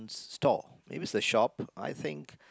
stall maybe it's the shop I think